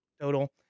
total